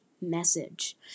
message